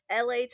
LA